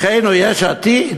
אחינו, יש עתיד,